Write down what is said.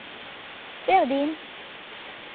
ᱯᱮ ᱫᱤᱱ